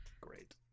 Great